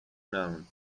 nouns